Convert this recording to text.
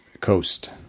Coast